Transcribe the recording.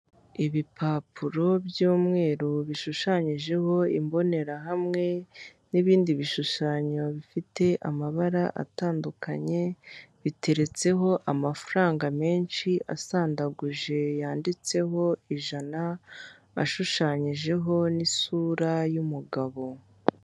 Ibipapuro by'umweru bishushanyijeho imbonerahamwe n'ibindi bishushanyo bifite amabara atandukanye biteretseho amafaranga menshi asandaguje yanditseho ijana ashushanyijeho n'isura y'umugabo.